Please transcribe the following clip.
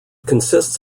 consists